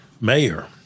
mayor